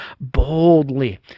boldly